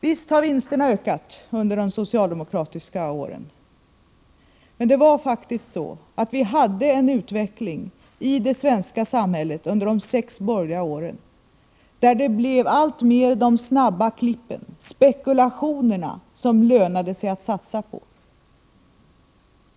Visst har vinsterna ökat under de socialdemokratiska regeringsåren. Men vi hade faktiskt en utveckling i det svenska samhället under de sex borgerliga åren där spekulation och snabba klipp alltmer blev det som det lönade sig att satsa på.